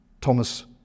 thomas